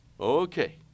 Okay